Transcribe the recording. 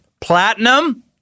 Platinum